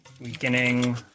weakening